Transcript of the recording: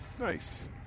nice